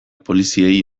poliziei